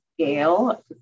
scale